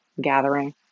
gathering